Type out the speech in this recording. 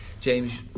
James